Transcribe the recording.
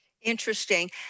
Interesting